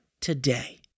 today